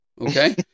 Okay